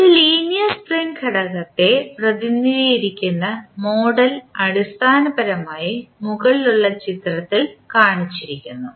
ഒരു linear spring ഘടകത്തെ പ്രതിനിധീകരിക്കുന്ന മോഡൽ അടിസ്ഥാനപരമായി മുകളിലുള്ള ചിത്രത്തിൽ കാണിച്ചിരിക്കുന്നു